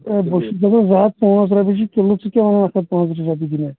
آ بہٕ چھُس دپان زٕہتھ پانٛژھ رۄپیہِ چھِ کلوٗ ژٕ کیٛاہ ونان چُھکھ پانٛژتأجی رۄپیہِ دِمے